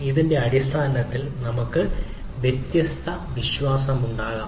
അതിന്റെ അടിസ്ഥാനത്തിൽ നമ്മൾക്ക് വ്യത്യസ്ത വിശ്വാസമുണ്ടാകും